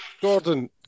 Gordon